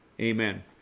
Amen